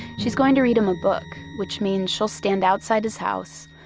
she's going to read them a book which means she'll stand outside his house,